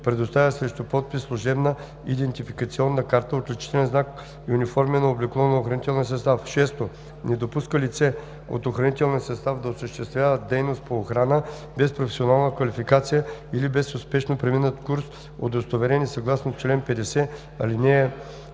предоставя срещу подпис служебна идентификационна карта, отличителен знак и униформено облекло на охранителния състав; 6. не допуска лице от охранителния състав да осъществява дейност по охрана без професионална квалификация или без успешно преминат курс, удостоверени съгласно чл. 50, ал.